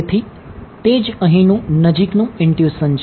તેથી તે જ અહીનું નજીકનું ઇંટ્યુસન છે